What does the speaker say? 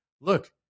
Look